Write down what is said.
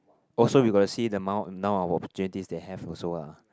also you got to see the amount now of opportunities they have also ah